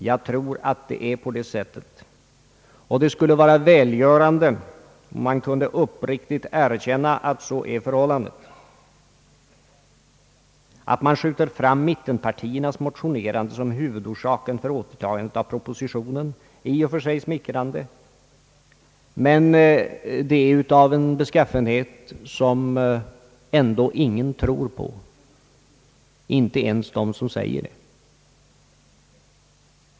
Jag tror att det är på det sättet, och det skulle vara välgörande om man kunde uppriktigt erkänna att så är förhållandet. Att man skjuter fram mittenpartiernas motionerande som huvudorsak för återtagandet av propositionen är i och för sig smickrande för de utsatta, men detta uttalande är av sådan beskaffenhet att ingen tror på det, inte ens de som säger det.